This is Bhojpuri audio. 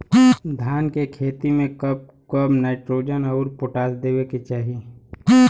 धान के खेती मे कब कब नाइट्रोजन अउर पोटाश देवे के चाही?